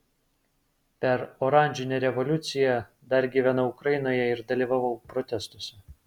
per oranžinę revoliuciją dar gyvenau ukrainoje ir dalyvavau protestuose